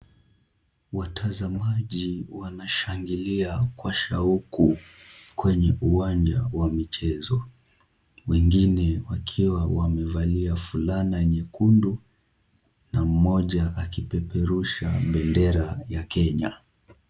Watazamaji wanashangilia kwa shauku kwenye uwanja wa michezo, wengine wakiwa wamevalia fulana nyekundu, na mmoja akipeperusha bendera ya Kenya.